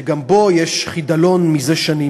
שגם בו יש חידלון זה שנים,